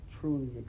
truly